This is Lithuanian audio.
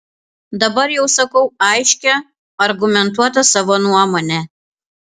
dabar jau sakau aiškią argumentuotą savo nuomonę